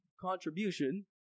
contribution